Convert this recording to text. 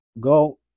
go